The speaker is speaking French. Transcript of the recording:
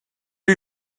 les